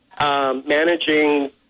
Managing